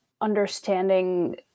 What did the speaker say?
understanding